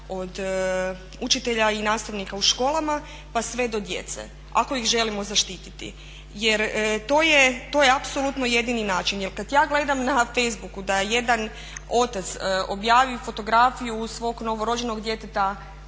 od učitelja i nastavnika u školama pa sve do djece ako ih želimo zaštitit jer to je apsolutno jedini način. Jer kada ja gledam na facebook da jedan otac objavi fotografiju svog novorođenog djeteta